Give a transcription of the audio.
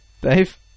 Dave